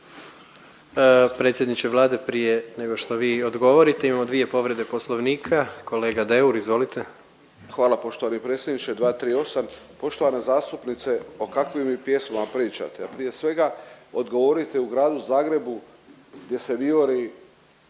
Predsjedniče Vlade prije nego što vi odgovorite imamo dvije povrede poslovnika, kolega Deur izvolite. **Deur, Ante (HDZ)** Hvala poštovani predsjedniče. 238., poštovana zastupnice o kakvim vi pjesmama pričate? A prije svega odgovorite u Gradu Zagrebu gdje se vijori